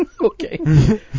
Okay